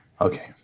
Okay